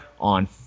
on